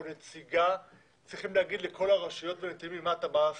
נציגה צריכים להגיד לכל הרשויות מה לעשות.